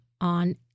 on